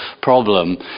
problem